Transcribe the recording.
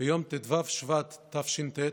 ביום ט"ו בשבט תש"ט,